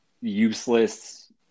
useless